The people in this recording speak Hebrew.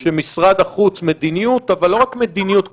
של משרד החוץ, מדיניות, אבל לא רק מדיניות כללית,